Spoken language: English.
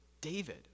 David